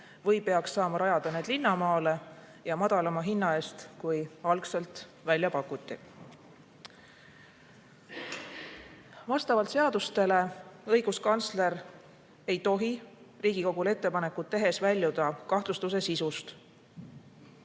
või peaks saama rajada need linna maale ja madalama hinna eest, kui algselt välja pakuti. Vastavalt seadustele õiguskantsler ei tohi Riigikogule ettepanekut tehes väljuda kahtlustuse sisust.